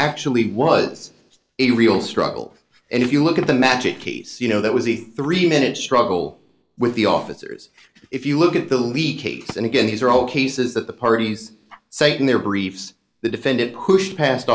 actually was a real struggle and if you look at the magic case you know that was a three minute struggle with the officers you look at the leak case and again these are all cases that the parties say in their briefs the defendant pushed past